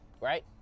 right